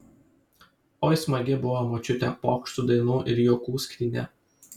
oi smagi buvo močiutė pokštų dainų ir juokų skrynia